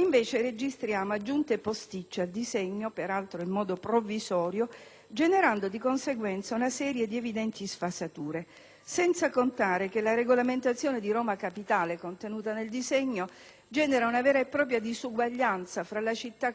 Invece registriamo aggiunte posticce al disegno, peraltro in modo provvisorio, generando di conseguenza una serie di evidenti sfasature, senza contare che la regolamentazione di Roma capitale contenuta nel disegno genera una vera e propria disuguaglianza fra la città